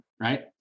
Right